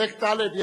צודק טלב,